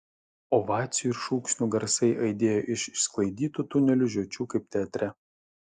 ovacijų ir šūksnių garsai aidėjo iš išsklaidytų tunelių žiočių kaip teatre